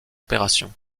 opération